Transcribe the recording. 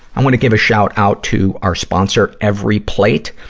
i wanna give a shout-out to our sponsor, everyplate.